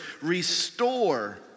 restore